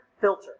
filter